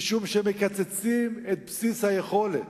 משום שמקצצים את בסיס היכולת.